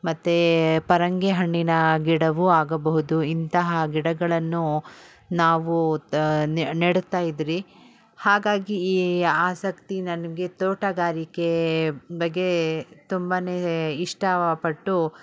ಮತ್ತು ಪರಂಗಿ ಹಣ್ಣಿನ ಗಿಡವು ಆಗಬಹುದು ಇಂತಹ ಗಿಡಗಳನ್ನು ನಾವು ನೆಡುತ್ತಾಯಿದ್ರಿ ಹಾಗಾಗಿ ಈ ಆಸಕ್ತಿ ನನಗೆ ತೋಟಗಾರಿಕೆ ಬಗ್ಗೆ ತುಂಬ ಇಷ್ಟಪಟ್ಟು